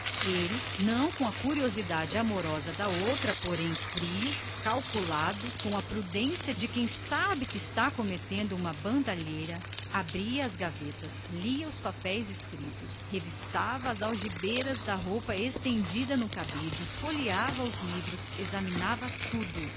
havia não com a curiosidade amorosa da primitiva bisbilhoteira porém frio calculado com a prudência de quem sabe que está cometendo uma baixeza e abria gavetas lia os manuscritos que encontrava revistava as algibeiras da roupa estendida no cabide folheava os livros examinando tudo